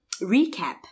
recap